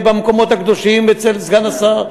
ברשות המקומות הקדושים ואצל סגן השר.